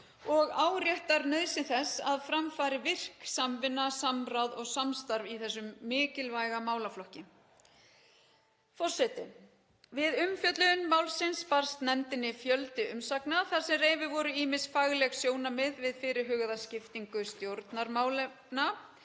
og áréttar nauðsyn þess að fram fari virk samvinna, samráð og samstarf í þessum mikilvæga málaflokki. Forseti. Við umfjöllun málsins barst nefndinni fjöldi umsagna þar sem reifuð voru ýmis fagleg sjónarmið við fyrirhugaða skiptingu stjórnarmálefna